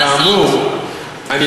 אבל, כאמור, אני